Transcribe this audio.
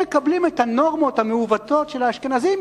הם מקבלים את הנורמות המעוותות של האשכנזים,